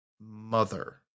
mother